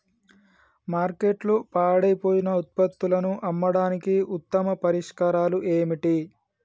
మార్కెట్లో పాడైపోయిన ఉత్పత్తులను అమ్మడానికి ఉత్తమ పరిష్కారాలు ఏమిటి?